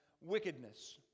wickedness